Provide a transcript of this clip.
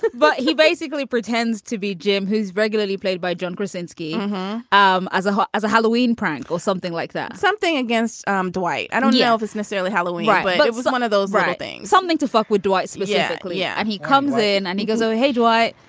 but but he basically pretends to be jim, who's regularly played by john krasinski um as a ah as a halloween prank or something like that. something against um dwight. i don't know ah if it's necessarily halloween, but it was one of those writing something to fuck with dwight specifically. yeah and he comes in and he goes, oh, hey, dwight.